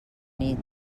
nit